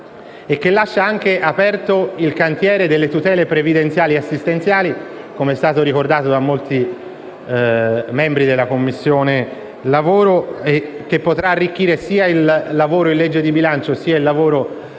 Si lascia anche aperto il cantiere delle tutele previdenziali e assistenziali, com'è stato ricordato da molti membri della Commissione lavoro, che potrà arricchire sia il lavoro in legge di bilancio, sia il lavoro